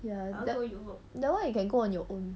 ya that that [one] you can go on your own